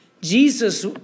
Jesus